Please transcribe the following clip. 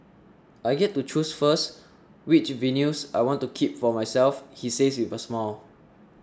I get to choose first which vinyls I want to keep for myself he says with a smile